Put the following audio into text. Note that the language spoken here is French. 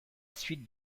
suite